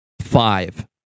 five